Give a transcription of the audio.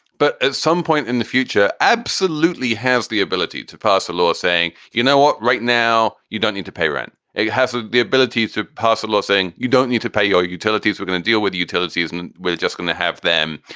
but at some point in the future, absolutely has the ability to pass a law saying, you know what? right now, you don't need to pay rent. it has ah the ability to pass a law saying you don't need to pay. your utilities were going to deal with utilities. and and we're just going to have them,